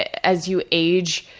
as you age,